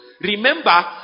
Remember